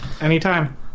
anytime